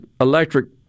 electric